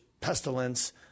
pestilence